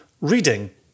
reading